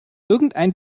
irgendein